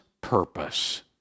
purpose